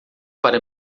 para